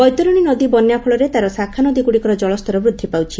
ବୈତରଶୀ ନଦୀ ବନ୍ୟା ଫଳରେ ତାର ଶାଖାନଦୀ ଗୁଡ଼ିକର ଜଳସ୍ତର ବୂଦ୍ଧି ପାଉଛି